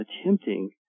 attempting